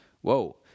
Whoa